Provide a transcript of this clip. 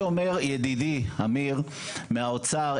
לגבי מה שאומר ידידי אמיר מהאוצר,